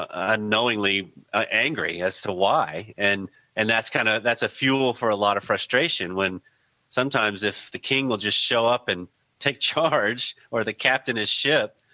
ah unknowingly ah angry as to why and and that's kind of, that's a fuel for a lot of frustration when sometimes if the king will just show up and take charge or the captain his ship,